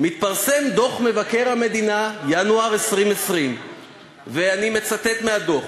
מתפרסם דוח מבקר המדינה ינואר 2020. אני מצטט מהדוח: